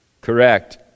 Correct